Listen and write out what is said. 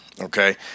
okay